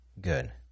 good